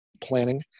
planning